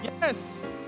Yes